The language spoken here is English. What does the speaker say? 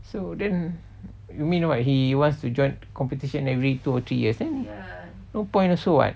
so then you mean what he wants to join competition every two or three years then no point also [what]